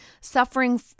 suffering